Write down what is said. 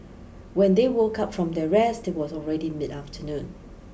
when they woke up from their rest it was already mid afternoon